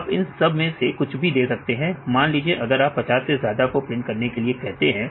तो आप इन सब में से कुछ भी दे सकते हैं मान लीजिए अगर आप 50 से ज्यादा को प्रिंट करने के लिए कहते हैं